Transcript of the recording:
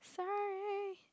sorry